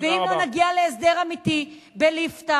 ואם לא נגיע להסדר אמיתי בליפתא,